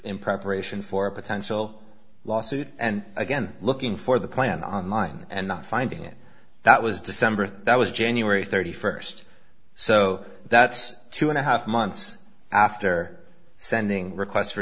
in preparation for a potential lawsuit and again looking for the plan online and not finding it that was december that was january thirty first so that's two and a half months after sending requests for